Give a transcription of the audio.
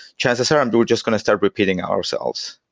chances are and we're just going to start repeating ourselves.